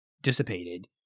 dissipated